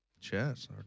Chess